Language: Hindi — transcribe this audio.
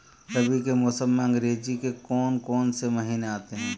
रबी के मौसम में अंग्रेज़ी के कौन कौनसे महीने आते हैं?